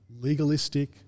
legalistic